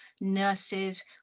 nurses